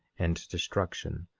and destruction,